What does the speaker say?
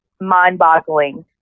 mind-boggling